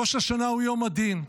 ראש השנה הוא יום הדין,